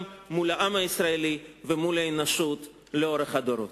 מול העם הישראלי ומול האנושות לאורך הדורות.